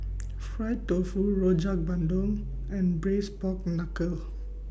Fried Tofu Rojak Bandung and Braised Pork Knuckle